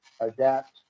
adapt